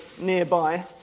nearby